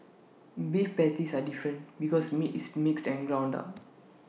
beef patties are different because meat is mixed and ground up